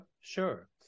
sure